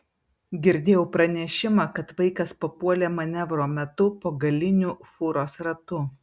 girdėjau pranešimą kad vaikas papuolė manevro metu po galiniu fūros ratu